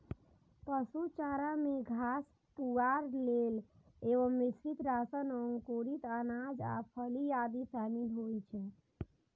पशु चारा मे घास, पुआर, तेल एवं मिश्रित राशन, अंकुरित अनाज आ फली आदि शामिल होइ छै